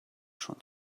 schon